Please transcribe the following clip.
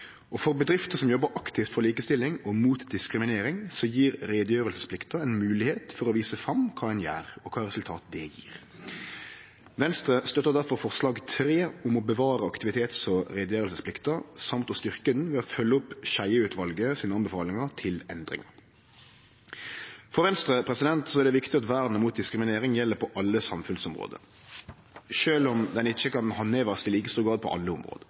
viktig. For bedrifter som jobbar aktivt for likestilling og mot diskriminering, gjev utgreiingsplikta ei moglegheit til å vise fram kva ein gjer, og kva resultat det gjev. Venstre støttar difor forslag nr. 3 i innstillinga til sak nr. 6, om å bevare aktivitets- og utgreiingsplikta og å styrkje ho ved å følgje opp Skjeie-utvalets tilrådingar til endringar. For Venstre er det viktig at vernet mot diskriminering gjeld på alle samfunnsområde, sjølv om det ikkje i like stor grad kan handhevast på alle område.